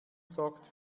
sorgt